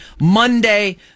Monday